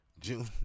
June